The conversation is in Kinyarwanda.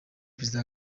perezida